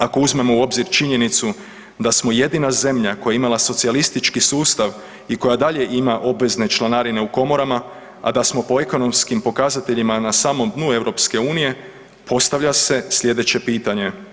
Ako uzmemo u obzir činjenicu da smo jedina zemlja koja je imala socijalistički sustav i koja dalje ima obvezne članarine u komorama, a da smo po ekonomskim pokazateljima na samom dnu EU postavlja se slijedeće pitanje.